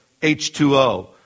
H2O